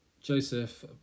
Joseph